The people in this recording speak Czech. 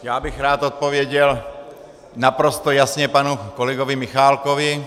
Já bych rád odpověděl naprosto jasně panu kolegovi Michálkovi.